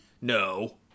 No